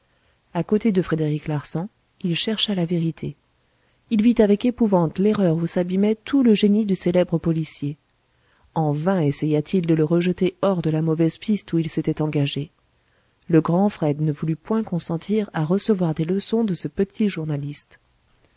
à côté de frédéric larsan il chercha la vérité il vit avec épouvante l'erreur où s'abîmait tout le génie du célèbre policier en vain essaya-t-il de le rejeter hors de la mauvaise piste où il s'était engagé le grand fred ne voulut point consentir à recevoir des leçons de ce petit journaliste